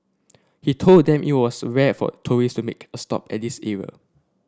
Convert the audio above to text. he told them it was rare for tourist to make a stop at this era